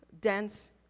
dense